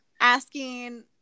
Asking